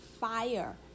fire